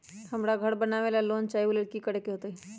हमरा घर बनाबे ला लोन चाहि ओ लेल की की करे के होतई?